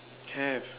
have